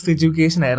Education